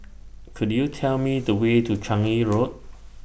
Could YOU Tell Me The Way to Changi Road